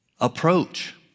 approach